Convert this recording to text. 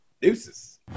Deuces